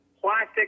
plastic